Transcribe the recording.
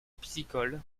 piscicole